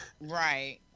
Right